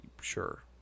Sure